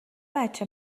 بچه